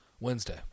Wednesday